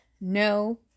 no